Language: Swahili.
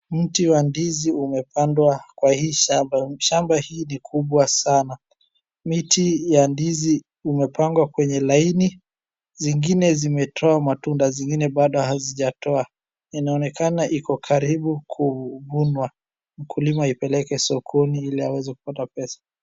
Mti wa ndizi umepandwa kwa hii shamba, shamba hii ni kubwa sana, miti ya ndizi umepangwa kweye laini, zingine zimetoa matunda ,zingine bado hazijatoa. Inaonekana iko karibu kuvunwa mkulima aipeleke sokoni ili aweze kupata pesa.